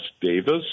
Davis